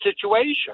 situation